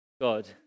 God